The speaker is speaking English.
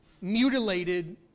mutilated